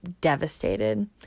devastated